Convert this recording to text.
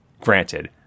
Granted